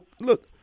look